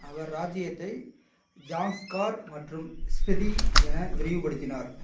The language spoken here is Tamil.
அவர் ராஜ்யத்தை ஜாஸ்கர் மற்றும் ஸ்பிதி என விரிவுபடுத்தினார்